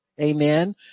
Amen